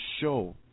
show